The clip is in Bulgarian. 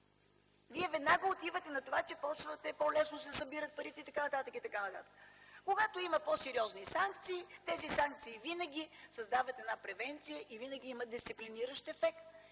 Вие веднага отивате на това, че по-лесно се събират парите и т.н. и т.н. Когато има по-сериозни санкции, тези санкции винаги създават една превенция и винаги имат дисциплиниращ ефект,